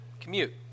commute